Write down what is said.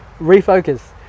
refocus